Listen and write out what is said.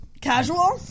casual